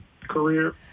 career